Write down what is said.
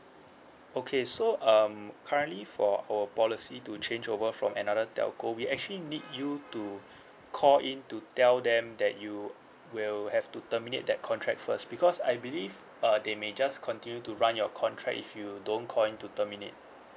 okay so um currently for our policy to change over from another telco we actually need you to call in to tell them that you will have to terminate that contract first because I believe uh they may just continue to run your contract if you don't call in to terminate